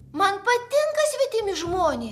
man patinka svetimi žmonės